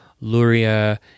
Luria